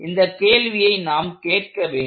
இந்த கேள்வியை நாம் கேட்க வேண்டும்